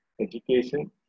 Education